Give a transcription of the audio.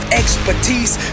expertise